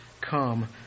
come